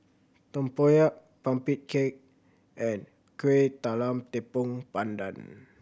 tempoyak pumpkin cake and Kueh Talam Tepong Pandan